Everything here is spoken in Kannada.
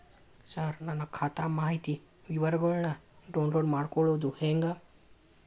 ಸರ ನನ್ನ ಖಾತಾ ಮಾಹಿತಿ ವಿವರಗೊಳ್ನ, ಡೌನ್ಲೋಡ್ ಮಾಡ್ಕೊಳೋದು ಹೆಂಗ?